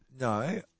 No